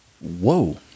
Whoa